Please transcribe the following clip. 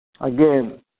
Again